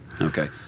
okay